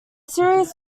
series